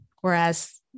whereas